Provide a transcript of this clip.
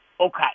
okay